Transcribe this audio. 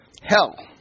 hell